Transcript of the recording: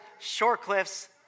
Shorecliffs